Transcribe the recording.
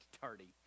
tardy